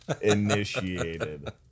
initiated